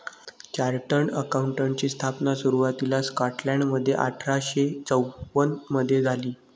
chartered अकाउंटंटची स्थापना सुरुवातीला स्कॉटलंडमध्ये अठरा शे चौवन मधे झाली